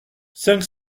cinq